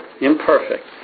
imperfect